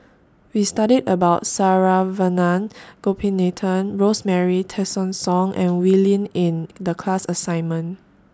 We studied about Saravanan Gopinathan Rosemary Tessensohn and Wee Lin in The class assignment